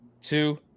two